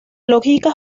lógica